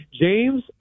James